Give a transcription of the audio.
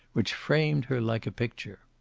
which framed her like a picture.